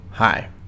Hi